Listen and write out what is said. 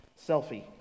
selfie